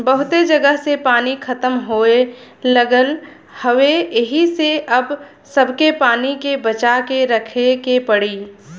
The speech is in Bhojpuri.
बहुते जगह से पानी खतम होये लगल हउवे एही से अब सबके पानी के बचा के रखे के पड़ी